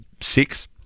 six